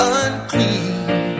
unclean